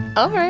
oh,